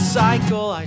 cycle